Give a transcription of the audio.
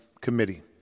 Committee